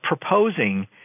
proposing